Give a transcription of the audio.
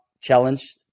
challenge